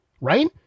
Right